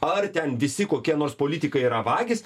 ar ten visi kokie nors politikai yra vagys